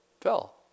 fell